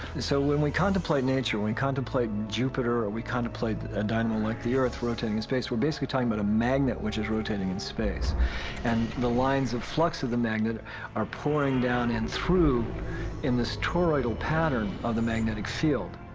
so when we contemplate nature, when we contemplate jupiter or we contemplate a dynamo like the earth rotating in space, we basically have but a magnet, that is rotating in space and the lines of flux of the magnet are pulling down and through in this toroidal pattern of the magnetic field.